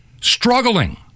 struggling